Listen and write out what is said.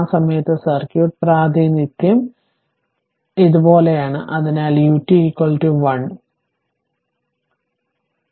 ആ സമയത്ത് സർക്യൂട്ട് പ്രാതിനിധ്യം ഇതുപോലെയാണ് അതിനാൽ ut 1 എന്തായാലും